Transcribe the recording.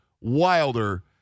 wilder